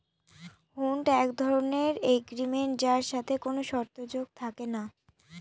হুন্ড এক ধরনের এগ্রিমেন্ট যার সাথে কোনো শর্ত যোগ থাকে না